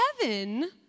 Heaven